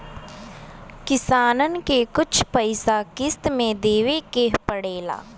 किसानन के कुछ पइसा किश्त मे देवे के पड़ेला